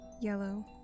yellow